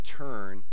turn